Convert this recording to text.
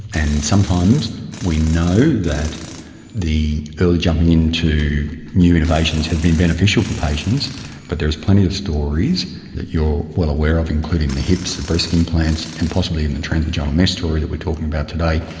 and sometimes we know that the early jumping into new innovations has been beneficial for patients but there is plenty of stories that you you are well aware of, including the hips, the breast implants, and possibly in the trans-vaginal mesh story that we are talking about today,